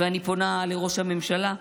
ואני פונה לראש הממשלה,